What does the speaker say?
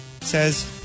says